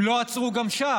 הם לא עצרו גם שם,